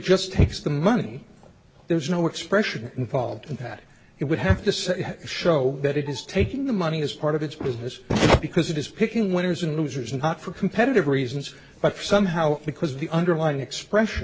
just takes the money there's no expression involved in that it would have to say show that it is taking the money as part of its business because it is picking winners and losers and not for competitive reasons but somehow because the underlying expression